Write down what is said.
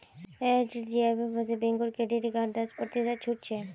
HDFC बैंकेर credit कार्डत दस प्रतिशत छूट छ